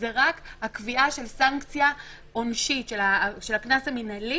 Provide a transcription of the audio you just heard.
הקביעה של סנקציה עונשית, של הקנס המינהלי,